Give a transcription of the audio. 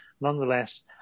Nonetheless